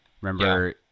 Remember